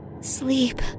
Sleep